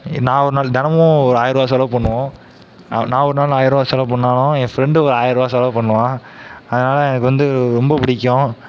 நான் ஒரு நாள் தினமும் ஆயர்ருவா செலவு பண்ணுவோம் நான் ஒரு நாள் ஆயர்ருவா செலவு பண்ணாலும் என் ஃப்ரெண்ட்டு ஒரு ஆயர்ருவா செலவு பண்ணுவான் அதனால எனக்கு வந்து ரொம்ப பிடிக்கும்